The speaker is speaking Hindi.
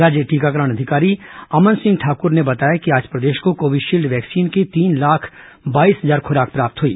राज्य टीकाकरण अधिकारी अमन सिंह ठाकर ने बताया कि आज प्रदेश को कोविशील्ड वैक्सीन की तीन लाख बाईस हजार खुराक प्राप्त हुई